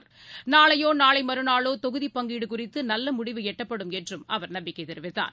இன்றோ நாளையோ தொகுதி பங்கீடு குறித்து நல்ல முடிவு எட்டப்படும் என்று அவர் நம்பிக்கை தெரிவித்தார்